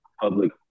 public